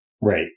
Right